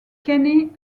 kenny